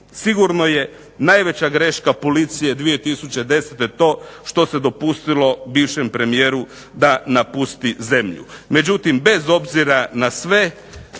sigurno je najveća greška policije 2010. to što se dopustilo bivšem premijeru da napusti zemlju.